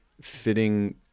fitting